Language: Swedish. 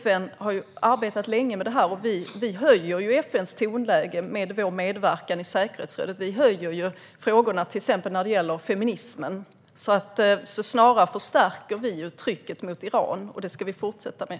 FN har arbetat länge med det här, och vi höjer FN:s tonläge med vår medverkan i säkerhetsrådet. Vi höjer frågorna till exempel när det gäller feminismen, vilket innebär att vi snarare förstärker trycket mot Iran, och det ska vi fortsätta med.